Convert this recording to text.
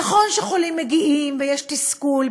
נכון שחולים מגיעים ויש תסכול,